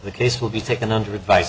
the case will be taken under advi